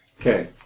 Okay